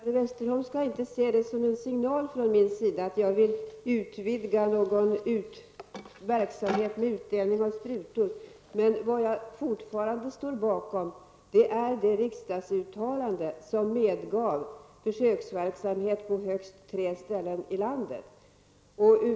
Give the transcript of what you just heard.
Herr talman! Barbro Westerholm skall inte se detta som en signal från min sida att jag skulle vilja utvidga någon verksamhet med utdelning av sprutor. Vad jag fortfarande står bakom är det riksdagsuttalande som innebar att man medgav en försöksverksamhet på högst tre ställen i landet.